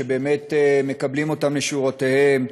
שבאמת מקבלים אותם לשורותיהם,